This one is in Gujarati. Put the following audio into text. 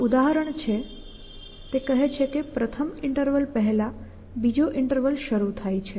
આ ઉદાહરણ છે કહે છે કે પ્રથમ ઈન્ટરવલ પહેલા બીજો ઈન્ટરવલ શરૂ થાય છે